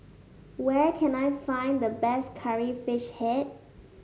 where can I find the best Curry Fish Head